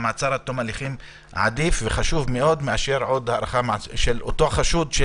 המעצר עד תום ההליכים עדיף וחשוב מאוד מאשר הארכת מעצר של אותו חשוד.